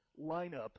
lineup